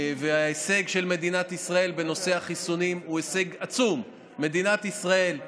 וההישג של מדינת ישראל בנושא החיסונים הוא הישג עצום: מדינת ישראל,